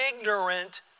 ignorant